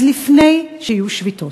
אז לפני שיהיו שביתות,